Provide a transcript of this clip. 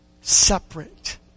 separate